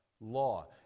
Law